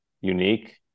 unique